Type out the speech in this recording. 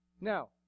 Now